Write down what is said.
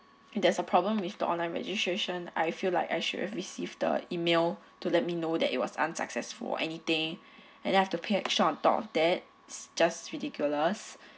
if there's a problem with the online registration I feel like I should have received the email to let me know that it was unsuccessful or anything and then I have to pay extra on top of that it's just ridiculous